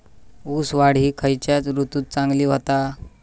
ऊस वाढ ही खयच्या ऋतूत चांगली होता?